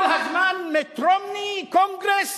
כל הזמן מיט רומני, קונגרס.